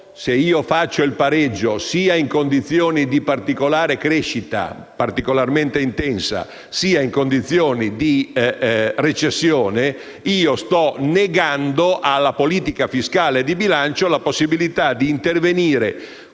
se faccio il pareggio sia in condizioni di crescita particolarmente intensa sia in condizioni di recessione, sto negando alla politica fiscale di bilancio la possibilità di intervenire,